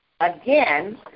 Again